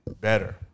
better